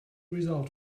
result